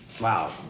wow